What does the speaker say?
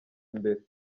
imbere